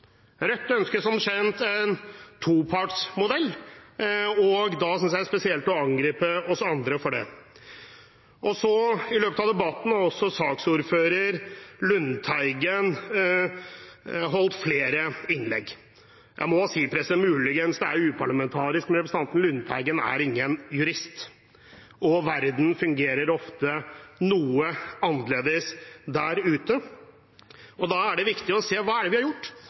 spesielt å angripe oss andre for det. I løpet av debatten har saksordfører Lundteigen holdt flere innlegg. Jeg må si, muligens er det uparlamentarisk, men representanten Lundteigen er ingen jurist. Verden fungerer ofte noe annerledes der ute, og da er det viktig å se: Hva har vi gjort? Jo, vi har